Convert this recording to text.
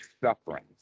suffering